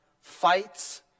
fights